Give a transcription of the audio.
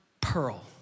pearl